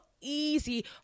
easy